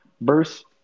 Bruce